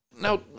now